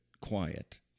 quiet